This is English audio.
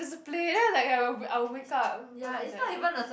just play then I like I will I will wake up um cause of that